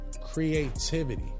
creativity